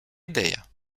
ідея